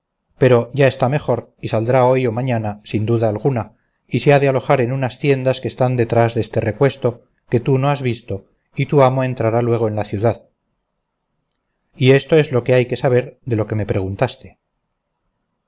pero ya está mejor y saldrá hoy o mañana sin duda alguna y se ha de alojar en unas tiendas que están detrás deste recuesto que tú no has visto y tu amo entrará luego en la ciudad y esto es lo que hay que saber de lo que me preguntaste